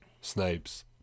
Snipes